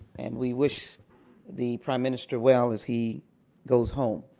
and we wish the prime minister well as he goes home.